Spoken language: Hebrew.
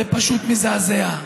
זה פשוט מזעזע.